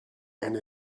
and